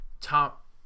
top